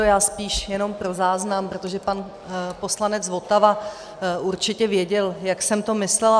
Já spíše jenom pro záznam, protože pan poslanec Votava určitě věděl, jak jsem to myslela.